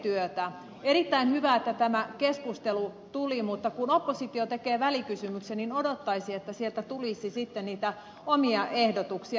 on erittäin hyvä että tämä keskustelu tuli mutta kun oppositio tekee välikysymyksen niin odottaisi että sieltä tulisi sitten niitä omia ehdotuksia